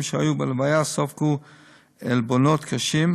שהיו בלוויה ספגו עלבונות קשים,